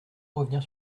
revenir